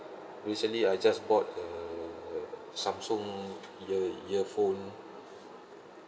recently I just bought the samsung ear earphone